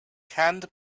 canned